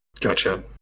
gotcha